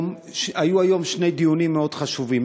היו היום שני דיונים מאוד חשובים,